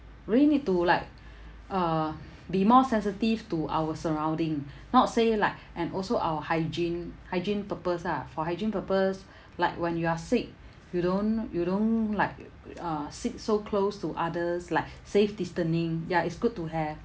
we need to like uh be more sensitive to our surrounding not say like and also our hygiene hygiene purpose ah for hygiene purpose like when you're sick you don't you don't like uh sit so close to others like safe distancing ya it's good to have